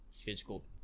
physical